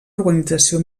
organització